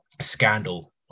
scandal